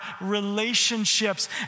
relationships